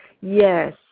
Yes